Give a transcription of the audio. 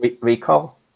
Recall